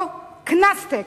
או "קנס-טק".